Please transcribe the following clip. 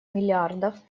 миллиардов